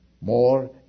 more